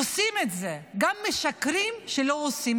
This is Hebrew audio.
שעושים את זה, גם משקרים שלא עושים.